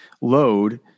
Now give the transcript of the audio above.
load